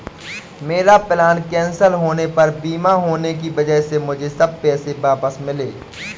मेरा plane cancel होने पर बीमा होने की वजह से मुझे सब पैसे वापस मिले